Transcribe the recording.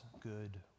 good